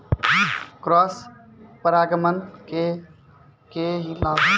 Cross परागण के की लाभ, हानि होय छै?